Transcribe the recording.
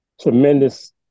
tremendous